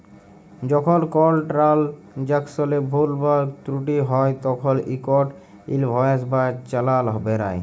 যখল কল ট্রালযাকশলে ভুল বা ত্রুটি হ্যয় তখল ইকট ইলভয়েস বা চালাল বেরাই